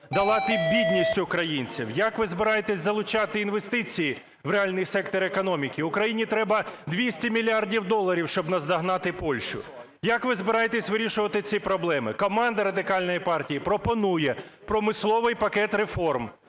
долати бідність українців? Як ви збираєтесь залучати інвестиції в реальний сектор економіки? Україні треба 200 мільярдів доларів, щоб наздогнати Польщу. Як ви збираєтесь вирішувати ці проблеми? Команда Радикальної партії пропонує промисловий пакет реформ.